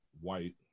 white